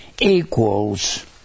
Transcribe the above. equals